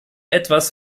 etwas